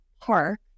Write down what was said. park